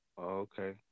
Okay